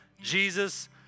Jesus